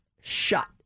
shut